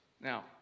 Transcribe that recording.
Now